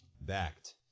backed